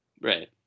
Right